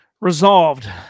Resolved